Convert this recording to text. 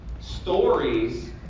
Stories